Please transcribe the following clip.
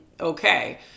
okay